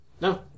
No